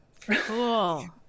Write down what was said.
cool